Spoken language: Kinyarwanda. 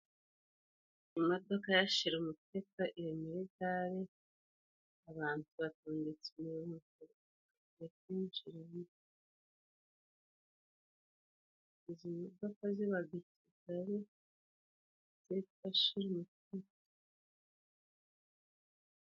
Imodoka yashirumuteto iri muri gare abantu batondetse umurongo bagiye kwinjiramo izi modoka zibaga i Kigali zitwa shirumuteto.